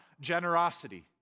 generosity